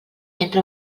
entra